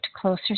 closer